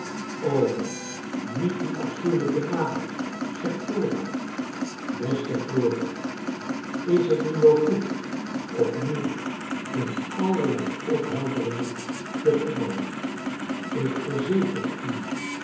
niet dien afschuwelijken naam zeg flora beste flora is het nu wel goed opnieuw in allerlei ophelderingen te vervallen ik verzeker u